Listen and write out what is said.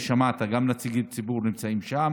שמעת, גם נציגי ציבור נמצאים שם,